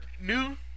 New